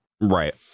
right